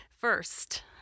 first